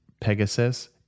Pegasus